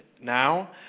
now